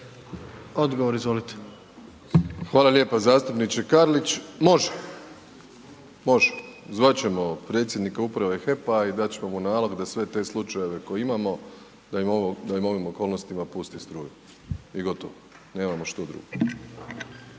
Andrej (HDZ)** Hvala lijepa. Zastupniče Karlić, može, može. Zvat ćemo predsjednika Uprave HEP-a i dat ćemo mu nalog da sve te slučajeve koje imamo da im u ovim okolnostima pusti struju i gotovo, nemamo što drugo.